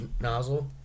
nozzle